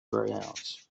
greyhounds